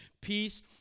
Peace